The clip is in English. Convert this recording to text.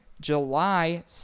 July